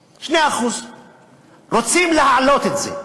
2%. רוצים להעלות את זה,